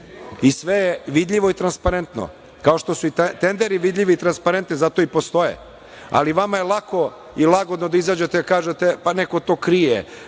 Sve je vidljivo i transparentno, kao što su i tenderi vidljivi i transparentni, zato i postoje. Ali vama je lako i lagodno da izađete i kažete – pa neko to krije,